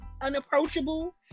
unapproachable